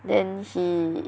then he